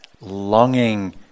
longing